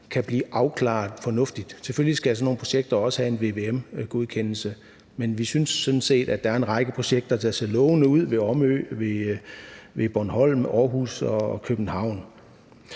kan blive afklaret fornuftigt. Selvfølgelig skal sådan nogle projekter også have en vvm-godkendelse, men vi synes sådan set, at der er en række projekter, der ser lovende ud, ved Omø, ved Bornholm, Aarhus og København.